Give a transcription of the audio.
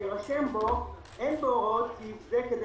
שיירשם בו: אין בהוראות סעיף זה כדי